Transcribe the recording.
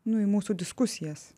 nu į mūsų diskusijas